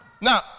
Now